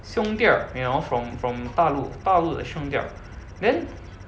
兄弟儿 you know from from 大陆大陆的兄弟儿 then